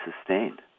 sustained